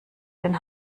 den